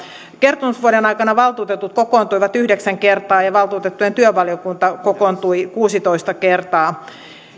kertomusvuoden aikana valtuutetut kokoontuivat yhdeksän kertaa ja ja valtuutettujen työvaliokunta kokoontui kuusitoista kertaa